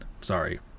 sorry